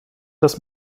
das